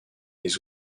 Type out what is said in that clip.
les